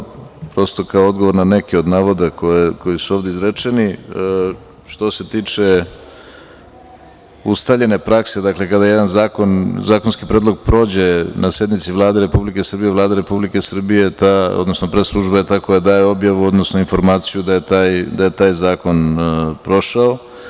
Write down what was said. Vrlo kratko, prosto kao odgovor na neke od navoda koji su ovde izrečeni, što se tiče ustaljene prakse, dakle kada jedan zakonskih predlog prođe na sednici Vlade Republike Srbije, Vlada Republike Srbije je ta, odnosno pres služba je ta koja daje objavu, odnosno informaciju da je taj zakon prošao.